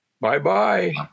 Bye-bye